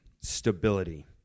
stability